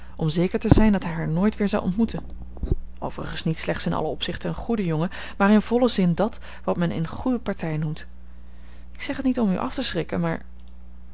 om zeker te zijn dat hij haar nooit weer zou ontmoeten overigens niet slechts in alle opzichten een goede jongen maar in vollen zin dat wat men eene goede partij noemt ik zeg t niet om u af te schrikken maar